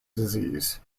disease